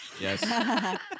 Yes